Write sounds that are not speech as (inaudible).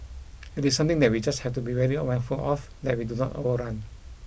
it is something that we just have to be very (unintelligible) of that we do not overrun